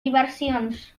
diversions